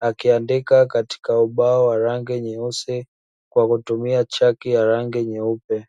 akiandika katika ubao wa rangi nyeusi kwa kutumia chaki ya rangi nyeupe.